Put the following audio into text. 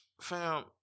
fam